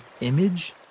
image